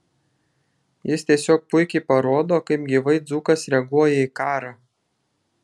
jis tiesiog puikiai parodo kaip gyvai dzūkas reaguoja į karą